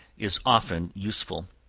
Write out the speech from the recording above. is often useful.